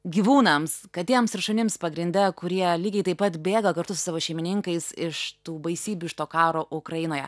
gyvūnams katėms ir šunims pagrinde kurie lygiai taip pat bėga kartu su savo šeimininkais iš tų baisybių iš to karo ukrainoje